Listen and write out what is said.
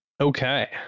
Okay